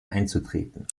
einzutreten